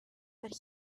but